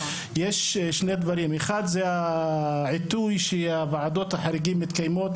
יש שני דברים אחד זה העיתוי שוועדות החריגים מתקיימות,